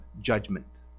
judgment